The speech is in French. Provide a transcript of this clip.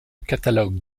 catalogue